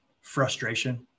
frustration